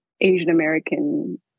Asian-American